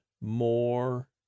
more